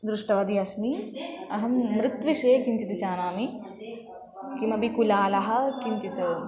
दृष्टवती अस्मि अहं मृद्विषये किञ्चित् जानामि किमपि कुलालः किञ्चित्